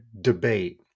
debate